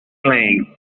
lane